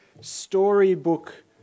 storybook